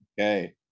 okay